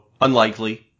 unlikely